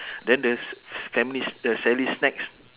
then there's s~ family the sally snacks